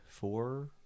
four